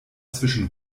zwischen